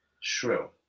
Shrill